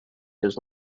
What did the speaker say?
his